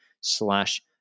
slash